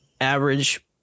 average